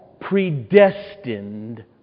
predestined